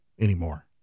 anymore